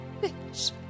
Bitch